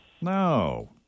no